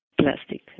plastic